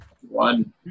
One